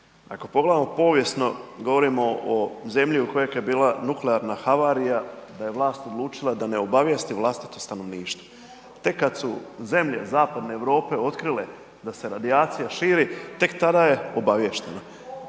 ako pogledamo povijesno govorimo o zemlji u kojoj kad je bila nuklearna havarija, da je vlast odlučila da ne obavijesti vlastito stanovništvo, tek kad su zemlje zapadne Europe otkrile da se radijacija širi, tek tada je obaviješteno.